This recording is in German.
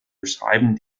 beschreiben